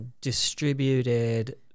distributed